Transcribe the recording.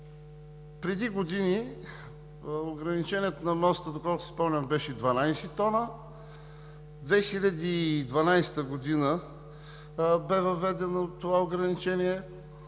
Преди години ограничението на моста, доколкото си спомням, беше 12 тона. В 2012 г. бе въведено това ограничение,